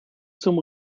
zum